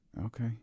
Okay